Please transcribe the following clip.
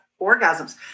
orgasms